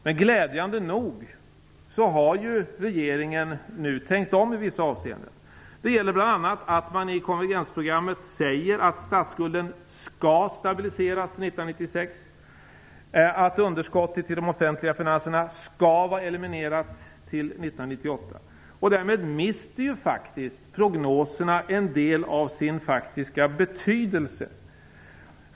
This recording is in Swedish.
Men glädjande nog har regeringen nu tänkt om i vissa avseenden. Det gäller bl.a. att man i konvergensprogrammet säger att statsskulden skall stabiliseras till 1996 och att underskottet i de offentliga finanserna skall vara eliminerat till 1998. Därmed mister ju prognoserna en del av sin faktiska betydelse.